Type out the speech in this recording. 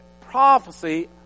prophecy